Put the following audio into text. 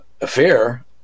affair